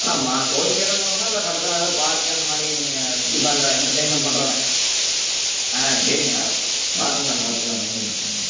அண்ணா ம கோயிலுக்கே எதுவும் போகணுமா இல்லை பக்கத்தில் ஏதாவது பார்க்கு அந்த மாதிரி நீங்கள் சுற்றி பார்க்கற எண்டர்டெயின்மெண்ட் பண்ணுற மாதிரி ஆ சரிங்க பார்த்துக்கலாம் பார்த்துக்கலாங்க ஒன்றும் பிரச்சினை இல்லைங்க